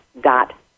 dot